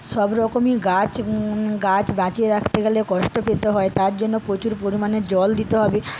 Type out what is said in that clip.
সবরকমই গাছ গাছ বাঁচিয়ে রাখতে গেলে কষ্ট পেতে হয় তার জন্য প্রচুর পরিমাণে জল দিতে হবে